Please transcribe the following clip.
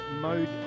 mode